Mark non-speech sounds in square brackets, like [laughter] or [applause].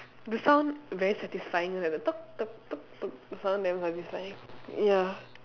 the sound very satisfying like [noise] the sound damn satisfying ya